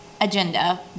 agenda